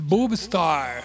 Boobstar